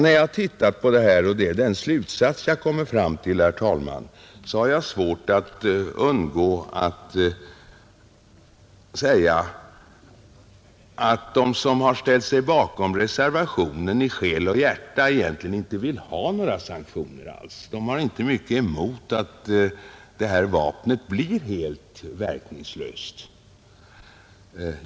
När man ser på detta — och det är den slutsats jag kommer fram till, herr talman — har jag svårt att undgå att säga att de som har ställt sig bakom reservationen i själ och hjärta egentligen inte vill ha några sanktioner alls. De har inte mycket emot att detta vapen blir helt verkningslöst.